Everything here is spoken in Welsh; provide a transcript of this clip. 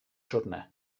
siwrne